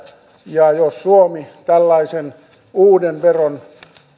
ja jos suomi tällaisen uuden veron